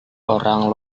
orang